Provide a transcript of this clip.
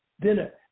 dinner